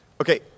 Okay